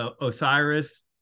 Osiris